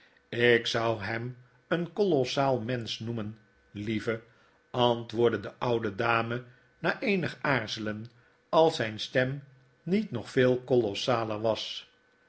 ik zou hem een kolossaal mensch noemen lieve antwoordde de oude dame na eenig aarzelen als zyn stem niet nog veel kolossaler was